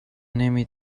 نمی